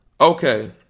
okay